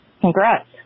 congrats